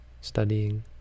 studying